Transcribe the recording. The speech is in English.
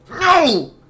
no